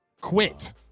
Quit